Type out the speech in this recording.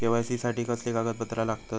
KYC साठी कसली कागदपत्र लागतत?